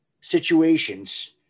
situations